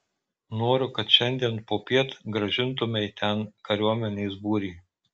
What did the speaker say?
noriu kad šiandien popiet grąžintumei ten kariuomenės būrį